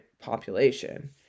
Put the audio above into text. population